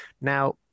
Now